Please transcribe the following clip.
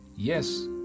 Yes